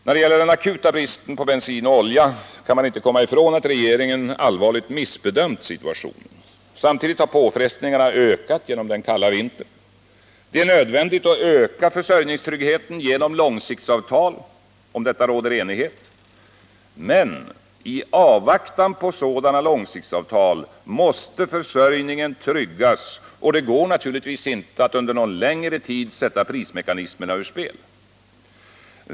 När det gäller den akuta bristen på bensin och olja kan man inte komma ifrån att regeringen allvarligt missbedömt situationen. Samtidigt har påfrestningarna ökat på grund av den kalla vintern. Det är nödvändigt att öka försörjningstryggheten genom långsiktsavtal — om detta råder enighet. Men i avvaktan på sådana avtal måste försörjningen tryggas, och det går naturligtvis inte att under någon längre tid sätta prismekanismerna ur spel.